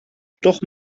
doch